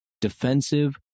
defensive